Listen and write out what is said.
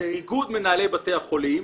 איגוד מנהלי בתי החולים,